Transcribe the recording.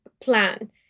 plan